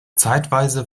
zeitweise